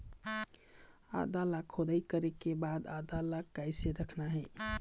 आदा ला खोदाई करे के बाद आदा ला कैसे रखना हे?